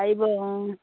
পাৰিবই অঁ